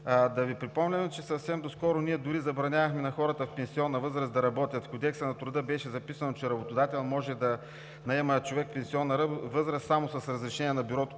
Да Ви припомням ли, че съвсем доскоро ние дори забранявахме на хората в пенсионна възраст да работят. В Кодекса на труда беше записано, че работодател може да наема човек в пенсионна възраст само с разрешение на Бюрото